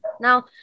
Now